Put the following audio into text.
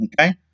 Okay